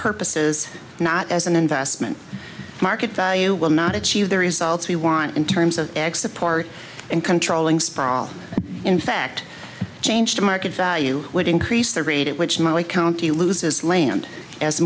purposes not as an investment market value will not achieve the results we want in terms of x support and controlling sprawl in fact changed markets you would increase the rate which my county loses land as